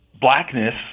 blackness